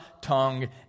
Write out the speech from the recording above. tongue